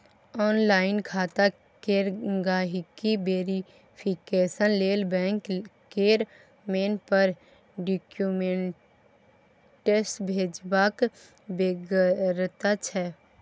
online खाता केर गांहिकी वेरिफिकेशन लेल बैंक केर मेल पर डाक्यूमेंट्स भेजबाक बेगरता छै